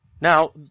Now